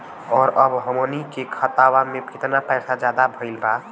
और अब हमनी के खतावा में कितना पैसा ज्यादा भईल बा?